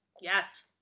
Yes